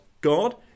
God